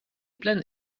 pleine